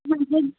হুম হুম